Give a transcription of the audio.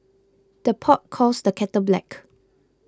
the pot calls the kettle black